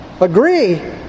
Agree